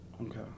Okay